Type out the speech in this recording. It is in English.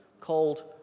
called